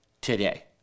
today